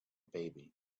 baby